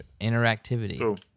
Interactivity